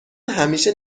همیشه